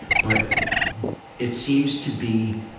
but it seems to be